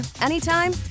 anytime